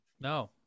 no